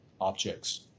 objects